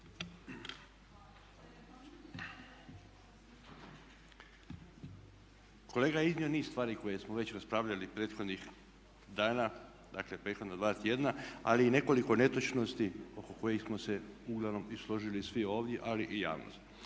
Kolega je iznio niz stvari koje smo već raspravljali prethodnih dana, dakle prethodna 2 tjedna ali i nekoliko netočnosti oko kojih smo se uglavnom i složili i svi ovdje ali i javnost.